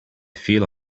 feel